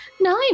nine